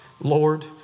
Lord